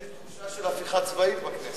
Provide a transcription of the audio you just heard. אדוני, יש תחושה של הפיכה צבאית בכנסת.